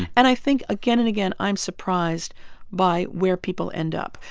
and i think again and again, i'm surprised by where people end up.